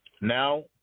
Now